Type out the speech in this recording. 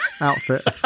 outfit